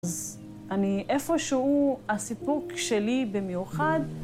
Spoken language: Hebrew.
אז אני איפשהו הסיפוק שלי במיוחד